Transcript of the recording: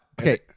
Okay